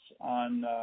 on